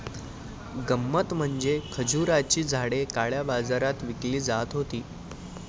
गंमत म्हणजे खजुराची झाडे काळ्या बाजारात विकली जात होती